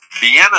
Vienna